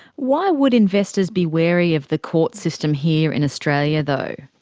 why would investors be wary of the court system here in australia though?